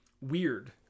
weird